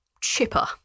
chipper